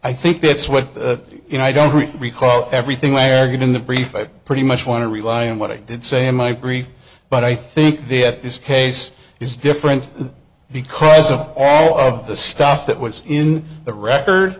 i think that's what you know i don't recall everything laggard in the brief i pretty much want to rely on what i did say in my pre but i think that this case is different because of all of the stuff that was in the record